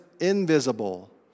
invisible